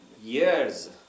years